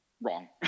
wrong